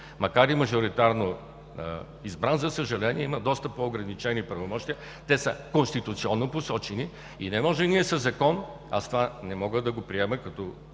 макар и мажоритарно избран, за съжаление, има доста по-ограничени правомощия – те са конституционно посочени. Не може ние със закон – това не мога да го приема като човек,